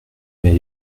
mais